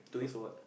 two weeks for what